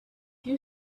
you